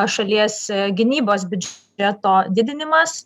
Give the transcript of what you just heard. šalies gynybos biudžeto didinimas